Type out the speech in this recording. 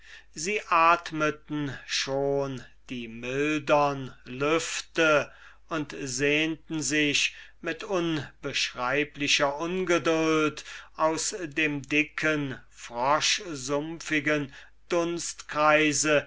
sie atmeten schon die mildern lüfte und sehnten sich mit unbeschreiblicher ungeduld aus dem dicken froschsumpfichten